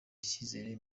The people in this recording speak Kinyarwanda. icyizere